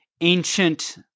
ancient